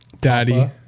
Daddy